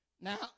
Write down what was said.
Now